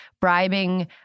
bribing